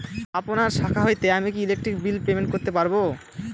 আপনার শাখা হইতে আমি কি ইলেকট্রিক বিল পেমেন্ট করতে পারব?